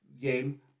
game